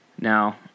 Now